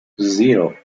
zero